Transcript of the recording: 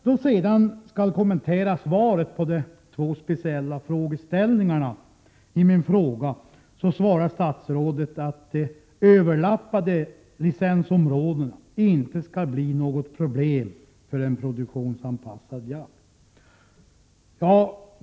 Om jag skall kommentera svaret när det gäller de två speciella frågeställningarna i min interpellation, konstaterar jag att statsrådet svarar att de överlappande licensområdena inte skall bli något problem för en produktionsanpassad jakt.